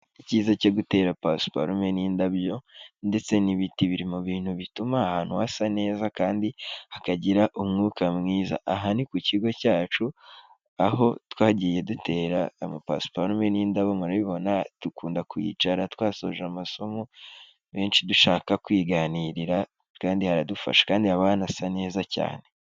Icyiza cyo gutera pasiparume n'indabyo ndetse n'ibiti, biri mu bintu bituma ahantu hasa neza kandi, hakagira umwuka mwiza. Aha ni ku kigo cyacu, aho twagiye dutera amapasiparume n'indabo murabibona, dukunda kwihicara twasoje amasomo, menshi dushaka kwiganirira, kandi haradufasha. Kandi haba hanasa neza cyane.